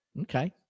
Okay